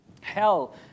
hell